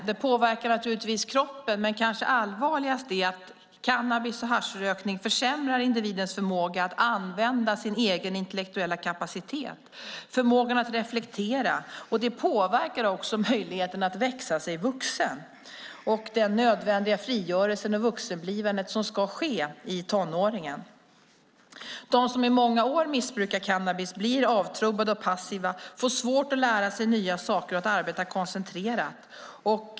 Det påverkar naturligtvis kroppen, men kanske allvarligast är att cannabis och haschrökning försämrar individens förmåga att använda sin egen intellektuella kapacitet, förmågan att reflektera. Det påverkar också möjligheten att växa sig vuxen och den nödvändiga frigörelse och det vuxenblivande som ska ske i tonåren. De som i många år missbrukar cannabis blir avtrubbade och passiva, får svårt att lära sig nya saker och att arbeta koncentrerat.